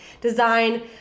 design